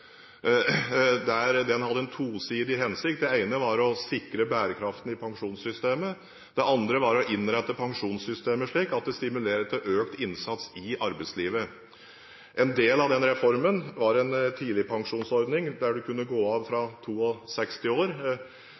Den hadde en tosidig hensikt. Den ene var å sikre bærekraften i pensjonssystemet, den andre var å innrette pensjonssystemet slik at den stimulerer til økt innsats i arbeidslivet. En del av den reformen var en tidligpensjonsordning der du kunne gå av fra 62 år,